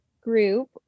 group